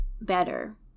better